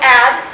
add